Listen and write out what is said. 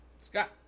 Scott